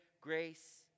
grace